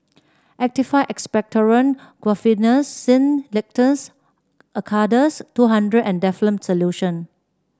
Actified Expectorant Guaiphenesin Linctus Acardust two hundred and Difflam Solution